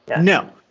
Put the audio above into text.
no